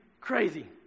Crazy